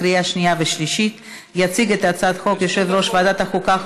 עברה בקריאה הראשונה ועוברת לוועדת החוקה,